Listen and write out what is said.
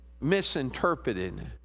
misinterpreted